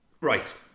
right